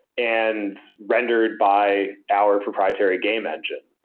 and rendered by our proprietary game engine.